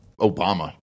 Obama